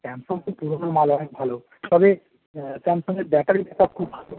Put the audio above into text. Samsung তো পুরোনো মাল অনেক ভালো তবে স্যামসংয়ের ব্যাটারি ব্যাক আপ খুব ভালো